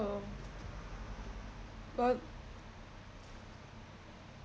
but